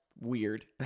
weird